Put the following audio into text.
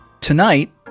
Tonight